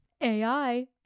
AI